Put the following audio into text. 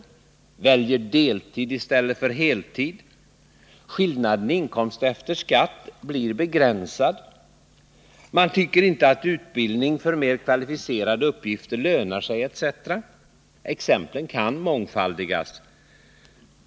Man väljer deltid i stället för heltid. Skillnaden i inkomst efter skatt blir begränsad. Man tycker inte att utbildning för mer kvalificerade uppgifter lönar sig etc. Exemplen kan mångfaldigas.